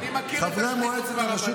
אני מכיר את השחיתות ברבנות, חבל.